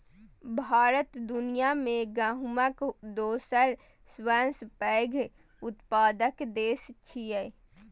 भारत दुनिया मे गहूमक दोसर सबसं पैघ उत्पादक देश छियै